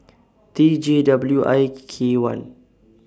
T J W I K one